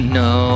no